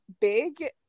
big